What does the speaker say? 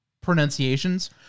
pronunciations